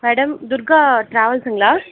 madam Durga டிராவல்ஸுங்களா